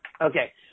Okay